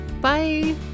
Bye